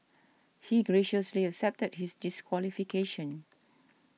he graciously accepted his disqualification